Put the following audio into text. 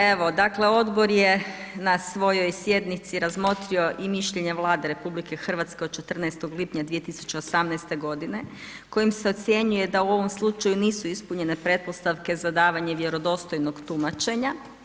Evo, dakle, odbor je na svojoj sjednici razmotrio i Mišljenje Vlade RH od 14. lipnja 2018. godine kojim se ocjenjuje da u ovom slučaju nisu ispunjene pretpostavke za davanje vjerodostojnog tumačenja.